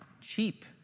cheap